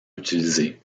utilisé